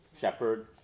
Shepherd